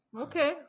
Okay